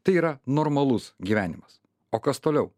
tai yra normalus gyvenimas o kas toliau